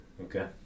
Okay